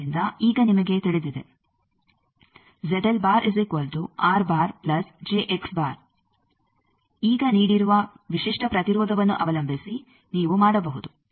ಆದ್ದರಿಂದ ಈಗ ನಿಮಗೆ ತಿಳಿದಿದೆ ಈಗ ನೀಡಿರುವ ವಿಶಿಷ್ಟ ಪ್ರತಿರೋಧವನ್ನು ಅವಲಂಬಿಸಿ ನೀವು ಮಾಡಬಹುದು